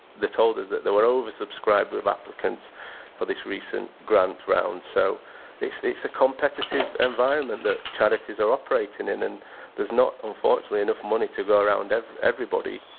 they told us that they were oversubscribed with applicants for this recent grant round, so so it's a competitive environment that charities are operating in and there's not, unfortunately, enough money to go around everybody.